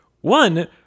One